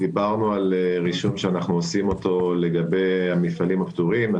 דיברנו על רישום שאנו עושים אותו לגבי המפעלים הפטורים.